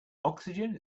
oxygen